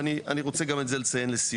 ואני רוצה גם את זה לציין לסיום,